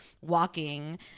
walking